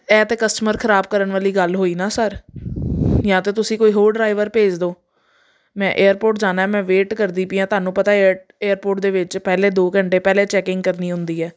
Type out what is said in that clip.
ਇਹ ਤਾਂ ਕਸਟਮਰ ਖ਼ਰਾਬ ਕਰਨ ਵਾਲੀ ਗੱਲ ਹੋਈ ਨਾ ਸਰ ਜਾਂ ਤਾਂ ਤੁਸੀਂ ਕੋਈ ਹੋਰ ਡਰਾਈਵਰ ਭੇਜ ਦਿਓ ਮੈਂ ਏਅਰਪੋਰਟ ਜਾਣਾ ਮੈਂ ਵੇਟ ਕਰਦੀ ਪਈ ਹਾਂ ਤੁਹਾਨੂੰ ਪਤਾ ਏਅ ਏਅਰਪੋਰਟ ਦੇ ਵਿੱਚ ਪਹਿਲੇ ਦੋ ਘੰਟੇ ਪਹਿਲੇ ਚੈਕਿੰਗ ਕਰਨੀ ਹੁੰਦੀ ਹੈ